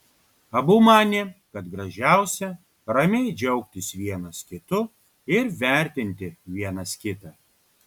abu manė kad gražiausia ramiai džiaugtis vienas kitu ir vertinti vienas kitą